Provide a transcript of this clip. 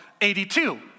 82